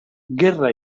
guerra